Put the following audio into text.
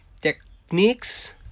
techniques